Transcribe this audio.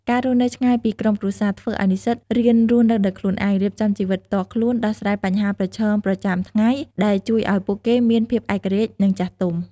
ការរស់នៅឆ្ងាយពីក្រុមគ្រួសារ ធ្វើឲ្យនិស្សិតរៀនរស់នៅដោយខ្លួនឯង រៀបចំជីវិតផ្ទាល់ខ្លួន ដោះស្រាយបញ្ហាប្រឈមប្រចាំថ្ងៃ ដែលជួយឲ្យពួកគេមានភាពឯករាជ្យ និងចាស់ទុំ។